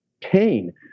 pain